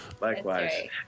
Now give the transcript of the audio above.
Likewise